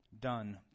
done